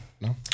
No